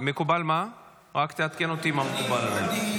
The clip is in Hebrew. רק תעדכן אותי מה מקובל עליך.